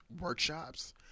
workshops